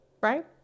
Right